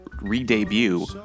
re-debut